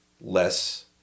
less